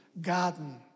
garden